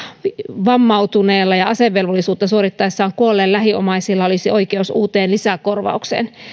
vammautuneella ja asevelvollisuutta suorittaessaan kuolleen lähiomaisilla olisi oikeus uuteen lisäkorvaukseen